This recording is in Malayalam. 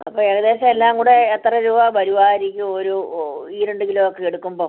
അപ്പോൾ ഏകദേശം എല്ലാം കൂടെ എത്ര രൂപ വരുമായിരിക്കും ഒരു ഓ ഈ രണ്ട് കിലോ ഒക്കെ എടുക്കുമ്പോൾ